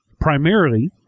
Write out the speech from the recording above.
primarily